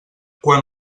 quan